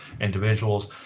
individuals